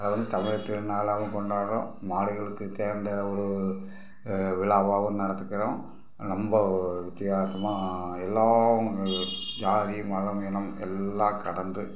அதை வந்து தமிழர் திருநாளாக கொண்டாடுறோம் மாடுகளுக்கு தேர்ந்த ஒரு விழாவாவும் நடத்திக்கிறோம் ரொம்ப ஒரு வித்தியாசமாக எல்லாமும் ஜாதி மதம் இனம் எல்லாம் கடந்து